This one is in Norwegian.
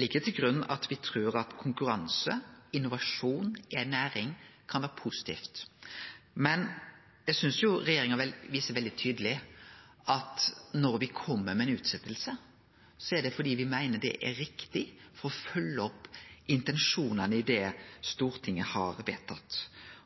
ligg til grunn at me trur at konkurranse og innovasjon i ei næring kan vere positivt. Men eg synest regjeringa viser veldig tydeleg at når me kjem med ei utsetjing, er det fordi me meiner det er riktig for å følgje opp intensjonane i det Stortinget har vedtatt.